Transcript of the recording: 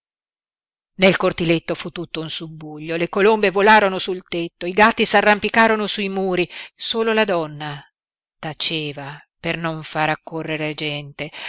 nel cortiletto fu tutto un subbuglio le colombe volarono sul tetto i gatti s'arrampicarono sui muri solo la donna taceva per non far accorrere gente